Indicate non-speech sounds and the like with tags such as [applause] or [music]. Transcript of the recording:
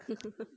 [laughs]